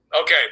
okay